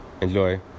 Enjoy